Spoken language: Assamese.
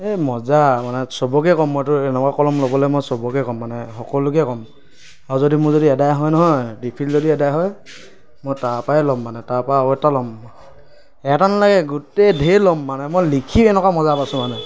এই মজা মানে সৱকে ক'ম মইতো এনেকুৱা কলম ল'বলে মই সৱকে ক'ম মানে সকলোকে ক'ম আৰু যদি মোৰ যদি আদায় হয় নহয় ৰিফিল যদি আদায় হয় মই তাৰপৰাই ল'ম মানে তাৰপৰাই আৰু এটা ল'ম এটা নালাগে গোটেই ধেৰ ল'ম মানে মই লিখি এনেকুৱা মজা পাইছোঁ মানে